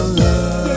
love